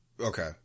Okay